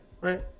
Right